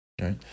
right